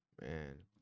Man